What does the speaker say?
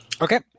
Okay